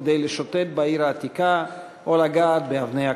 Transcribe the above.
כדי לשוטט בעיר העתיקה או לגעת באבני הכותל.